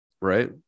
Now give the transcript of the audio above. right